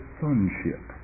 sonship